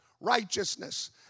righteousness